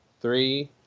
three